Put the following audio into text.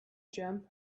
jump